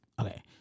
Okay